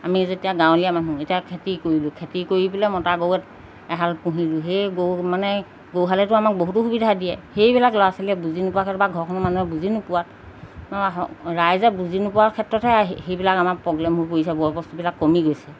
আমি যেতিয়া গাঁৱলীয়া মানুহ এতিয়া খেতি কৰিলোঁ খেতি কৰি পেলাই মতা গৰু এহাল পুহিলোঁ সেই গৰু মানে গৰুহালেতো আমাক বহুতো সুবিধা দিয়ে সেইবিলাক ল'ৰা ছোৱালীয়ে বুজি নোপোৱাৰ ক্ষেত্ৰত বা ঘৰখনৰ মানুহে বুজি নোপোৱাত ৰাইজে বুজি নোপোৱাৰ ক্ষেত্ৰতহে আহি সেইবিলাক আমাৰ প্ৰব্লেম হৈ পৰিছে বয় বস্তুবিলাক কমি গৈছে